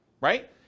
right